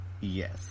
Yes